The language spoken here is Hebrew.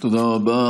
תודה רבה.